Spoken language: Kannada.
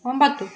ಒಂಬತ್ತು